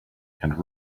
and